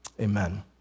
Amen